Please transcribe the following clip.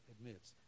admits